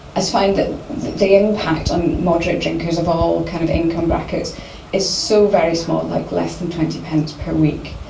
it's found that the impact on moderate drinkers of all kind of income brackets is so very small, like less than twenty p per week,